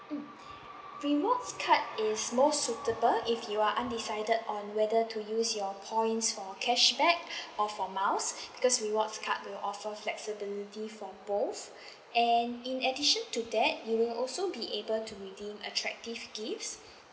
mm rewards card is most suitable if you're undecided on whether to use your points for cashback or for miles because rewards card will offer flexibility for both and in addition to that you will also be able to redeem attractive gifts